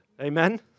Amen